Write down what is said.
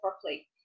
properly